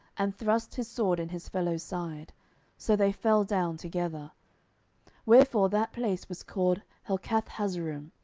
and thrust his sword in his fellow's side so they fell down together wherefore that place was called helkathhazzurim,